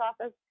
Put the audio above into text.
office